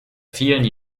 vielen